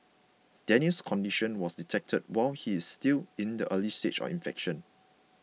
Daniel's condition was detected while he is still in the early stage of infection